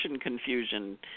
confusion